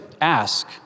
ask